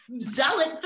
zealot